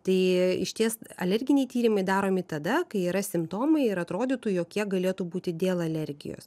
tai išties alerginiai tyrimai daromi tada kai yra simptomai ir atrodytų jog jie galėtų būti dėl alergijos